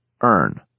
earn